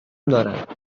دارن